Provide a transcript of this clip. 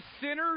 sinners